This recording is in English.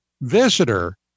visitor